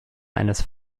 eines